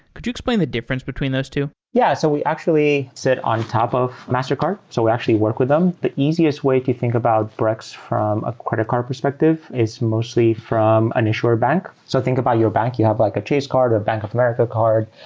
could you explain the difference between those two? yeah. so we actually sit on top of mastercard. so we actually work with them. the easiest way to think about brex from a credit card perspective is mostly from an issuer bank. so think about your bank, you have like a chase card or a bank of america card.